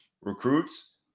recruits